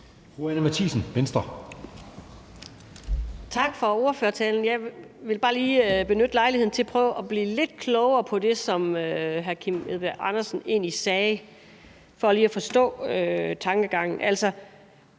Anni Matthiesen (V): Tak for ordførertalen. Jeg vil bare lige benytte lejligheden til at prøve at blive lidt klogere på det, som hr. Kim Edberg Andersen egentlig sagde, altså for lige at forstå tankegangen. Altså,